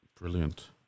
Brilliant